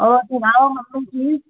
होर सनाओ मम्मी ठीक